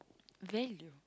value